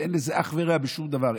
שאין לזה אח ורע בשום דבר.